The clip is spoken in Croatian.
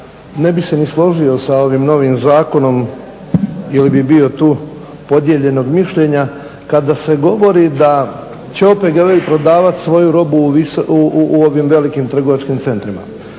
ne bih se ni složio sa ovim novim zakonom ili bi bio tu podijeljenog mišljenja kada se govori da će opet …/Govornik se ne razumije./… prodavati svoju robu u ovim velikim trgovačkim centrima.